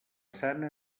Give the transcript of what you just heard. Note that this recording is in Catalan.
sana